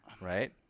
right